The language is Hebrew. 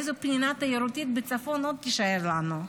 איזו פנינה תיירותית בצפון עוד תישאר לנו.